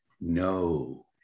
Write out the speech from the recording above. No